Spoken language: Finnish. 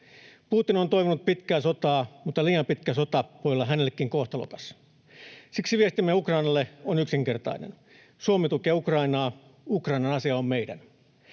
Putin on toivonut pitkää sotaa, mutta liian pitkä sota voi olla hänellekin kohtalokas. Siksi viestimme Ukrainalle on yksinkertainen: Suomi tukee Ukrainaa, Ukrainan asia on meidän.